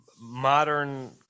modern